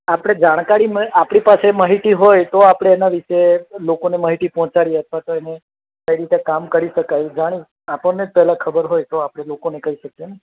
આપણે જાણકારી મળે આપણી પાસે માહિતી હોય તો આપણે એના વિશે લોકોને માહિતી પહોંચાડી આપવા અથવા તો એને કઈ રીતે કામ કરી શકાય એ જાણી આપણને પહેલાં ખબર હોય તો આપણે એ લોકોને કહી શકીએ ને